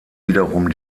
wiederum